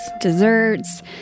desserts